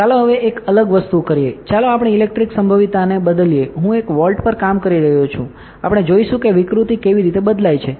ચાલો હવે એક અલગ વસ્તુ કરીએ ચાલો આપણે ઇલેક્ટ્રિક સંભવિતતાને બદલીએ હું એક વોલ્ટ પર કામ કરી રહ્યો છું આપણે જોઈશું કે વિકૃતિ કેવી રીતે બદલાય છે